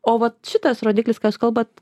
o vat šitas rodiklis kas jūs kalbat